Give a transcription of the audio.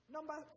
Number